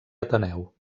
ateneu